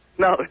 No